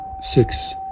six